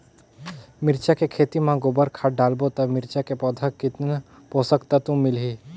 मिरचा के खेती मां गोबर खाद डालबो ता मिरचा के पौधा कितन पोषक तत्व मिलही?